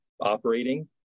operating